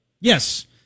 Yes